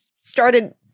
started –